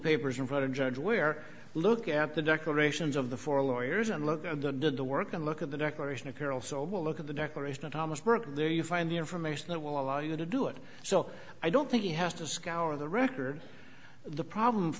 papers in front of judge where look at the declarations of the four lawyers and look at the the work and look at the declaration of carol sobel look at the declaration of thomas burke there you find the information that will allow you to do it so i don't think he has to scour the record the problem